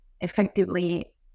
effectively